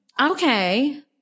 Okay